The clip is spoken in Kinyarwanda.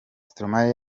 stromae